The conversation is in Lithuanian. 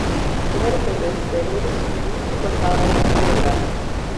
merfio bestseleris jūsų pasąmonės jėga